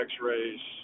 X-rays